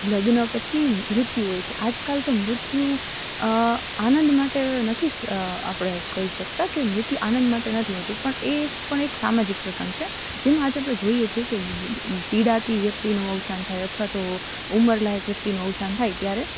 લગ્ન પછી મૃત્યુ હોય છે આજકાલ તો મૃત્યુ આનંદ માટે નથી આપણે કહી શકતા કે મૃત્યુ આનંદ માટે નથી હોતું પણ એ પણ એક સામાજિક પ્રસંગ છે જેમાં આજે આપણે જોઈએ છે કે પીડાતી વ્યક્તિનું અવસાન થાય અથવા તો ઉંમર લાયક વ્યક્તિનું અવસાન થાય ત્યારે